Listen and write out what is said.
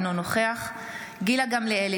אינו נוכח גילה גמליאל,